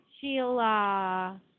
Sheila